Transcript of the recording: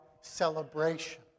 celebration